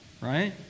right